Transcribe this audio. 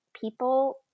people